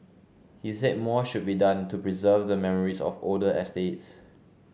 he said more should be done to preserve the memories of older estates